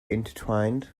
intertwined